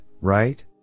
right